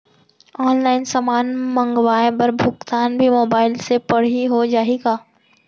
Online समान मंगवाय बर भुगतान भी मोबाइल से पड़ही हो जाही का?